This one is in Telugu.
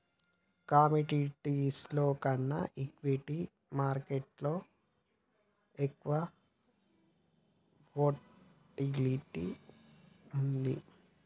కమోడిటీస్లో కన్నా ఈక్విటీ మార్కెట్టులో ఎక్కువ వోలటాలిటీ వుంటది